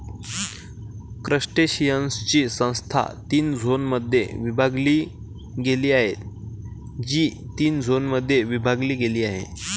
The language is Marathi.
क्रस्टेशियन्सची संस्था तीन झोनमध्ये विभागली गेली आहे, जी तीन झोनमध्ये विभागली गेली आहे